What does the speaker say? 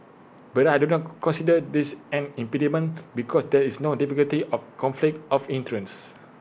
but I do not come consider this an impediment because there is no difficulty of conflict of interest